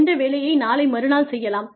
எந்த வேலையை நாளை மறுநாள் செய்யலாம்